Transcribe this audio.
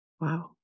Wow